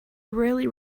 rarely